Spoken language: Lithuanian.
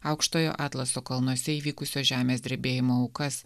aukštojo atlaso kalnuose įvykusio žemės drebėjimo aukas